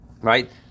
right